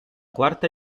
quarta